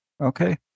Okay